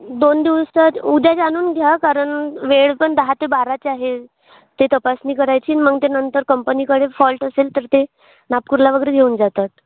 दोन दिवसात उद्याच आणून घ्या कारण वेळ पण दहा ते बाराच आहे ते तपासणी करायची मग त्यानंतर कंपनीकडे फॉल्ट असेल तर ते नागपूरला वगैरे घेऊन जातात